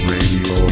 Radio